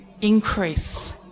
increase